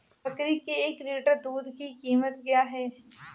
बकरी के एक लीटर दूध की कीमत क्या है?